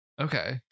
Okay